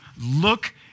look